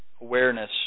awareness